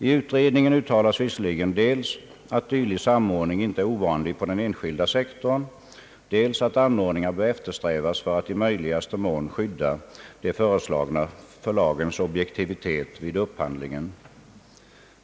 I utredningen uttalas visserligen dels att dylik samordning icke är ovanlig på den enskilda sektorn, dels att anordningar bör eftersträvas för att i möjligaste mån skydda de föreslagna förlagens objektivitet vid upphandlingen.